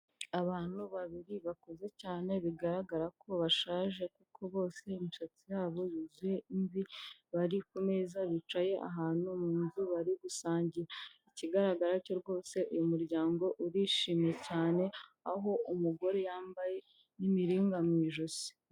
Abantu babiri bakuze cyane bigaragara ko bashaje kuko bose imisatsi yabo yuzuye imvi, bari ku meza bicaye ahantu mu nzu bari gusangira, ikigaragara cyo rwose uyu muryango urishimye cyane, aho umugore yambaye n'imiringa mu ijosi.